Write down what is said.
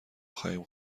خواهیم